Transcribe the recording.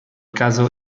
caso